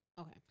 Okay